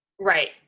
Right